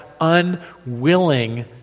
unwilling